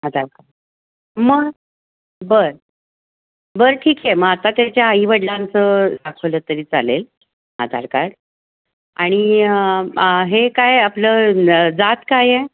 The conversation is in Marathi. आधार कार्ड मग बरं बरं ठीक आहे मग आता त्याच्या आईवडिलांचं दाखवलं तरी चालेल आधार कार्ड आणि हे काय आपलं जात काय आहे